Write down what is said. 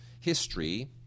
history